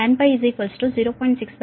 6 కాబట్టి Tanφ0